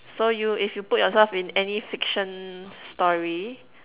so you if you put yourself in any fiction story